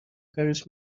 کاریش